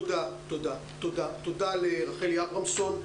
תודה לרחלי אברמסון.